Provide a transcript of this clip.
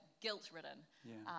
guilt-ridden